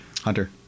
Hunter